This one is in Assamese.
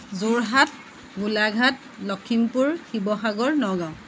যোৰহাট গোলাঘাট লখিমপুৰ শিৱসাগৰ নগাঁও